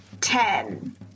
ten